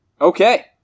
Okay